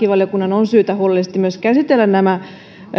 toisaalta lakivaliokunnan on syytä huolellisesti käsitellä nämä